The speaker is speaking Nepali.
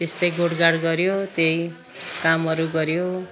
त्यस्तै गोडगाड गर्यो त्यही कामहरू गर्यो